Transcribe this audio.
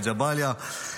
בג'באליה,